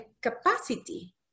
capacity